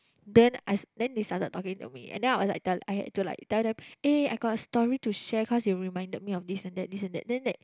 then I s~ then they started talking to me and then I was tell~ I had to like tell them eh I got a story to share cause they reminded me of this and this and then that